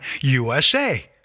USA